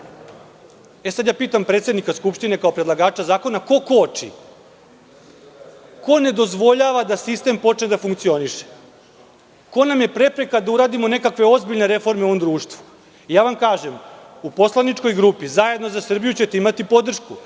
da radi. Pitam predsednika Skupštine, kao predlagača zakona, ko koči? Ko ne dozvoljava da sistem počne da funkcioniše? Ko nam je prepreka da uradimo nekakve ozbiljne prepreke u ovom društvu? Opet vam kažem da ćete u Poslaničkoj grupi Zajedno za Srbiju imati podršku